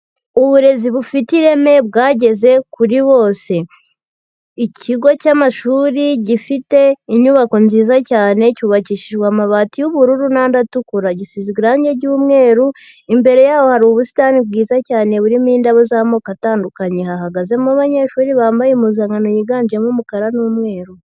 Uburezi bufite ireme bwageze kuri bose, ikigo cy'amashuri gifite inyubako nziza cyane, cyubakishijwe amabati y'ubururu n'andi atukura, gisizwe irangi ry'umweru, imbere yaho hari ubusitani bwiza cyane burimo indabo z'amoko atandukanye, hahagazemo abanyeshuri bambaye impuzankano yiganjemo umukara n'umweru.